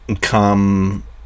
come